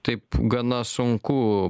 taip gana sunku